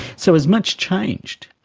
so has much changed?